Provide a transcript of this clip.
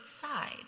side